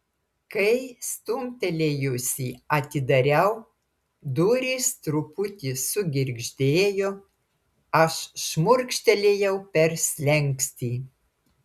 kai stumtelėjusi atidariau durys truputį sugirgždėjo aš šmurkštelėjau per slenkstį